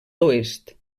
oest